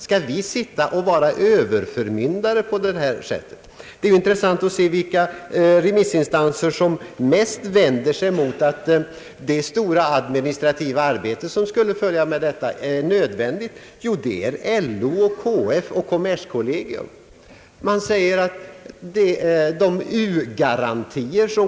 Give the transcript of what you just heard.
Skall vi vara Överförmyndare på detta sätt? Det är intressant att se vilka remissinstanser som främst vänder sig mot att det stora administrativa arbete som skulle följa av detta är nödvändigt. Jo, det är LO, KF och kommerskollegium.